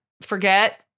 forget